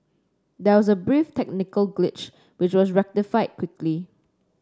there was a brief technical glitch which was rectified quickly